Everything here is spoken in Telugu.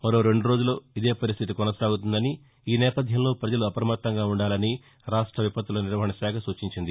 మరో రెండు రోజులు ఇదే పరిస్తితి కొనసాగుతుందనిఈ నేపథ్యంలో ప్రపజలు అప్రమత్తంగా ఉండాలని రాష్ట విపత్తు నిర్వహణ శాఖ సూచించింది